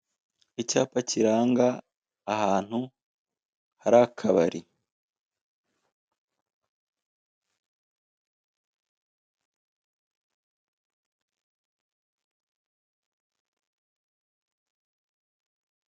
Abantu beza bari mu kazi umwe wambaye umupira w'umweru, hirya gato hari umwari usa nkaho nawe ari kureba muri mudasobwa afite ibintu ari gushaka, imbere hari undi musore ubonako ari gutora mu igiseke byamushimishije cyane.